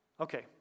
Okay